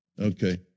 Okay